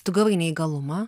tu gavai neįgalumą